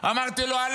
אמרתי לו: א.